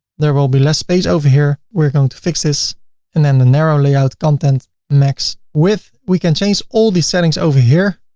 there will be less space over here. we're going to fix this and then the narrow layout, content max width. we can change all these settings over here